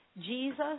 Jesus